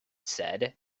said